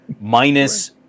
minus